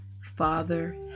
Father